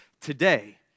today